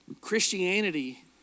Christianity